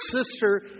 sister